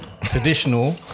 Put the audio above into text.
traditional